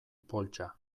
poltsa